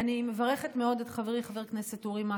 אני מברכת מאוד את חברי חבר הכנסת אורי מקלב,